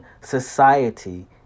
society